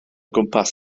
gwmpas